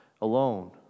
alone